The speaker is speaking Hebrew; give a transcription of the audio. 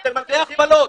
אתם מכניסים --- זה הכפלות.